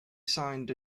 signed